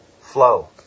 flow